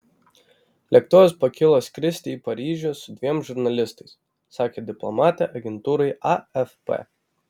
lėktuvas pakilo skristi į paryžių su dviem žurnalistais sakė diplomatė agentūrai afp